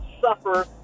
suffer